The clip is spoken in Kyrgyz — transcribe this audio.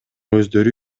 өздөрү